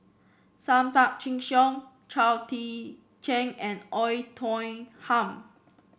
Sam Tan Chin Siong Chao Tzee Cheng and Oei Tiong Ham